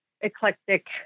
eclectic